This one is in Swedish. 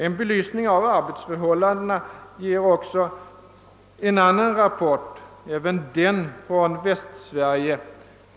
En belysning av arbetsförhållandena ges också i en annan rapport — även den från Västsverige.